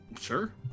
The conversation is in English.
sure